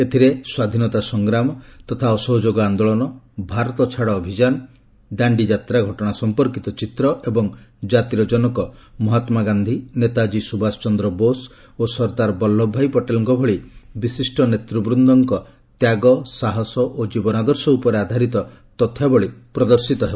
ଏଥିରେ ସ୍ୱାଧୀନତାର ସଂଗ୍ରାମ ତଥାଅସହଯୋଗ ଆନ୍ଦୋଳନ ଭାରତ ଛାଡ ଆନ୍ଦୋଳନ ଦାଣ୍ଡି ମାର୍ଚ୍ଚ ଘଟଣା ସମ୍ପର୍କୀତ ଚିତ୍ର ଓ କାତିର ଜନକ ମହାତ୍ମାଗାନ୍ଧୀ ନେତାଜୀ ସୁଭାଷ ଚନ୍ଦ୍ର ବୋଷ ଓ ସର୍ଦ୍ଧାର ବଲ୍ଲଭ ଭାଇ ପଟେଲଙ୍କ ଭଳି ବିଶିଷ୍ଟ ନେତ୍ରବୃନ୍ଦଙ୍କ ତ୍ୟାଗ ସାହସ ଓ ଜୀବନଦର୍ଶ ଉପରେ ଆଧାରିତ ତଥ୍ୟାବଳୀ ପ୍ରଦର୍ଶୀତ ହେବ